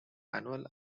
annual